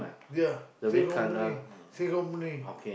ya same company same company